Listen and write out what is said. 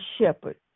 shepherd